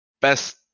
best